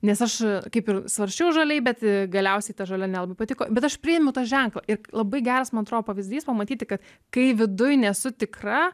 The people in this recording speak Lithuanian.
nes aš kaip ir svarsčiau žaliai bet galiausiai ta žalia nelabai patiko bet aš priėmiau tą ženklą ir labai geras man atro pavyzdys pamatyti kad kai viduj nesu tikra